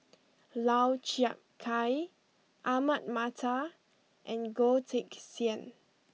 Lau Chiap Khai Ahmad Mattar and Goh Teck Sian